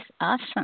awesome